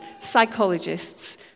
psychologists